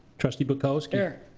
trustee bukowski? here.